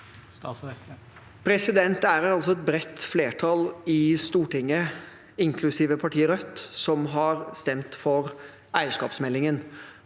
Det er alt- så et bredt flertall i Stortinget, inklusive partiet Rødt, som har stemt for eierskapsmeldingen.